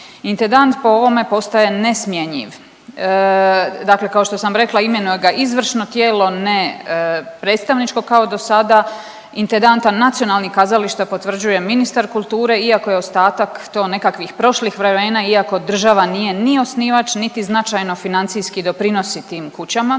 Intendant po ovome postaje nesmjenjiv, dakle kao što sam rekla imenuje ga izvršno tijelo, ne predstavničko kao dosada, intendanta nacionalnih kazališta potvrđuje ministar kulture iako je ostatak to nekakvih prošlih vremena, iako država nije ni osnivač, niti značajno financijski doprinosi tim kućama.